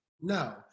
No